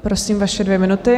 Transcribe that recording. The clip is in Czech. Prosím, vaše dvě minuty.